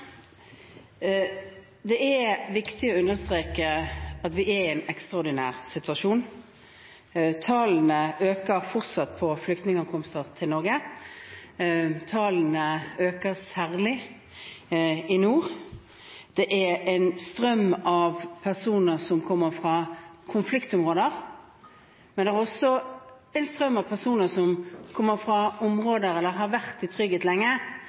Det er viktig å understreke at vi er i en ekstraordinær situasjon. Tallene øker fortsatt når det gjelder flyktningankomster til Norge. Tallene øker særlig i nord. Det er en strøm av personer som kommer fra konfliktområder, men det er også en strøm av personer som har vært i trygghet lenge,